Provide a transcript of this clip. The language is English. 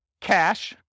cash